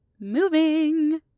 moving